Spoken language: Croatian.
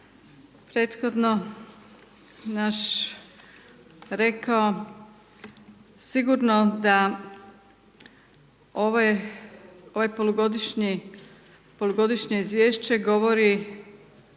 prethodno naš rekao, sigurno da ovo polugodišnje izvješće govori